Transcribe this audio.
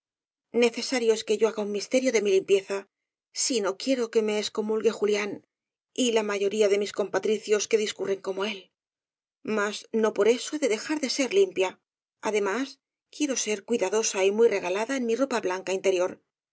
es que yo haga un misterio de mi limpieza si no quiero que me excomulge julián y la mayoría de mis compatricios que discurren como él mas no por eso he de dejar de ser limpia además quiero a ser cuidadosa y muy regalada en mi ropa blanca